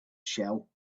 shell